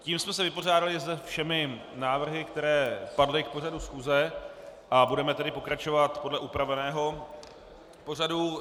Tím jsme se vypořádali se všemi návrhy, které padly k pořadu schůze, a budeme tedy pokračovat podle upraveného pořadu.